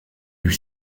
lui